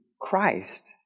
Christ